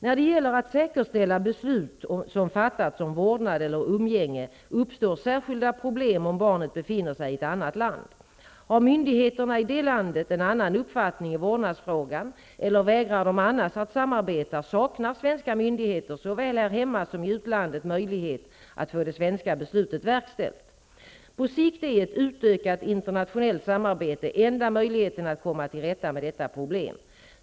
När det gäller att säkerställa beslut som fattats om vårdnad eller umgänge, uppstår särskilda problem om barnet befinner sig i ett annat land. Har myndigheterna i det landet en annan uppfattning i vårdnadsfrågan eller vägrar de annars att samarbeta, saknar svenska myndigheter såväl här hemma som i utlandet möjlighet att få det svenska beslutet verkställt. På sikt är ett utökat internationellt samarbete enda möjligheten att komma till rätta med detta problem.